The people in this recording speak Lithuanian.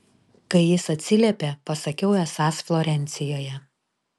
kai jis atsiliepė pasakiau esąs florencijoje